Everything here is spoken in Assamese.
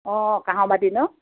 অঁ কাঁহৰ বাতি ন